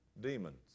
Demons